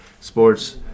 Sports